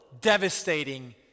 devastating